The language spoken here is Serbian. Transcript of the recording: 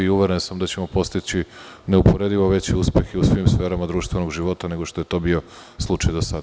Uveren sam da ćemo postići neuporedivo veće uspehe u svim sferama društvenog života nego što je to bio slučaj do sada.